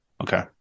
Okay